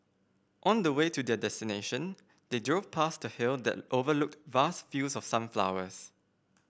on the way to their destination they drove past a hill that overlooked vast fields of sunflowers